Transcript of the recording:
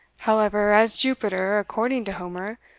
however, as jupiter, according to homer,